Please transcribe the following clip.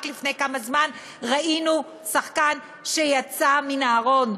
רק לפני כמה זמן ראינו שחקן שיצא מן הארון,